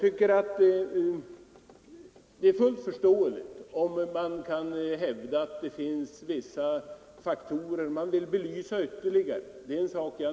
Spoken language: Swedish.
Det är fullt förståeligt om man anser att det finns vissa faktorer som bör belysas ytterligare.